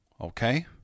Okay